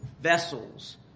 vessels